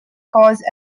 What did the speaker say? cause